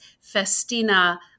festina